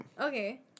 Okay